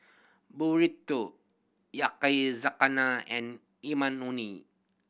Burrito Yakizakana and